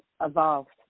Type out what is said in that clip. Evolved